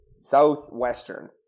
southwestern